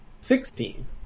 sixteen